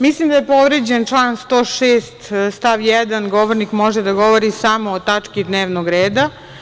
Mislim da je povređen član 106. stav 1. – govornik može da govori samo o tački dnevnog reda.